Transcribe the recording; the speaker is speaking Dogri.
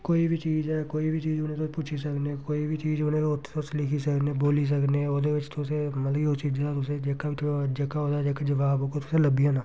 कोई बी चीज़ ऐ कोई बी चीज़ उ'नें गी तुस पुच्छी सकनें कोई बी चीज़ उनें उत्थुं लिखी सकदे बोल्ली सकनें ओह्दे बिच्च तुसें मतलब कि ओह् चीज़ तुसें जेह्का ओह्दा जेह्का जवाब ओह् तुसेंगी लब्भी जाना